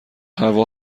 هوا